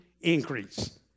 increase